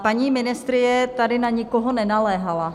Paní ministryně tady na nikoho nenaléhala.